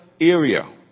area